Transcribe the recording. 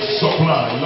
supply